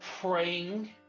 praying